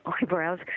eyebrows